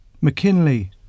mckinley